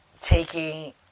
taking